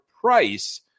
price